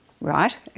Right